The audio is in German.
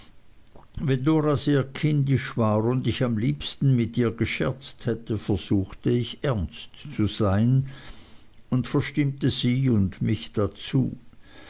kindisch war und ich am liebsten mit ihr gescherzt hätte versuchte ich ernst zu sein und verstimmte sie und mich dazu